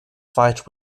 fight